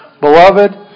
beloved